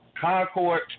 Concord